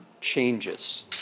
changes